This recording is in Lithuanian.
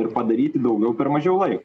ir padaryti daugiau per mažiau lai